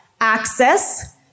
Access